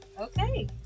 Okay